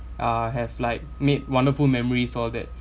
uh have like made wonderful memories all that